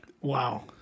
Wow